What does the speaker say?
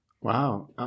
wow